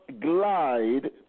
glide